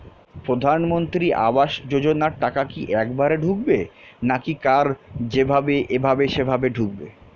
প্রধানমন্ত্রী আবাস যোজনার টাকা কি একবারে ঢুকবে নাকি কার যেভাবে এভাবে সেভাবে ঢুকবে?